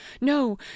No